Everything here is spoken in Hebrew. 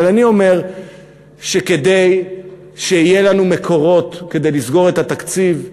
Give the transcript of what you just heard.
אבל אני אומר שכדי שיהיו לנו מקורות כדי לסגור את התקציב,